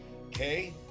Okay